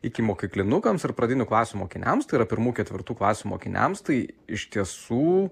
ikimokyklinukams ir pradinių klasių mokiniams tai yra pirmų ketvirtų klasių mokiniams tai iš tiesų